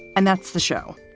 and that's the show.